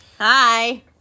Hi